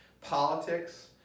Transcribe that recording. politics